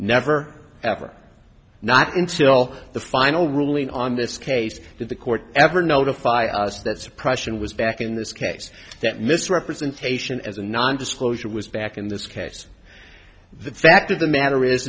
never ever not until the final ruling on this case to the court ever notify us that suppression was back in this case that misrepresentation as a nondisclosure was back in this case the fact of the matter is